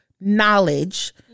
knowledge